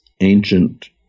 ancient